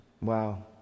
Wow